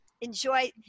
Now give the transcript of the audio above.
enjoy